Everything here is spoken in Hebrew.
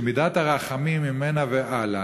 שמידת הרחמים ממנה והלאה,